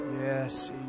yes